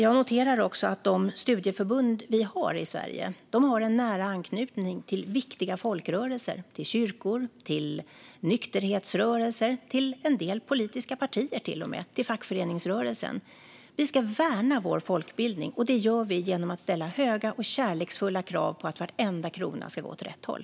Jag noterar också att de studieförbund vi har i Sverige har en nära anknytning till viktiga folkrörelser - till kyrkor, nykterhetsrörelser och till och med till en del politiska partier och fackföreningsrörelsen. Vi ska värna vår folkbildning, och det gör vi genom att ställa höga och kärleksfulla krav på att varenda krona ska gå åt rätt håll.